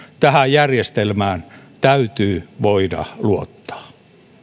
tähän järjestelmään täytyy voida luottaa